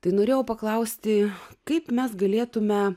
tai norėjau paklausti kaip mes galėtume